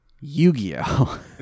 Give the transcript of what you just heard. Yu-Gi-Oh